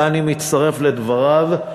ואני מצטרף לדבריו,